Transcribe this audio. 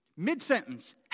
Mid-sentence